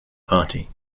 party